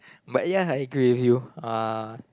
but ya I agree with you uh